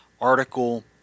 article